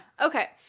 okay